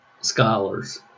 scholars